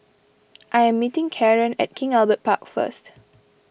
I am meeting Karon at King Albert Park first